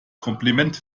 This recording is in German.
kompliment